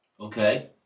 Okay